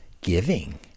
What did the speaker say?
giving